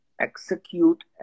execute